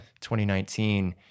2019